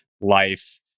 life